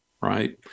right